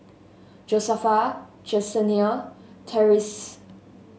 Josefa Jessenia Tyrese